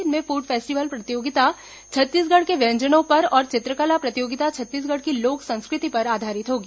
इनमें food festival प्रतियोगिता छत्तीसगढ़ के व्यंजनों पर और चित्रकला प्रतियोगिता छत्तीसगढ़ की लोक संस्कृति पर आधारित होगी